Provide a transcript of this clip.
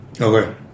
Okay